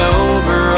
over